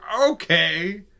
okay